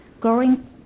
growing